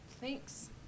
Thanks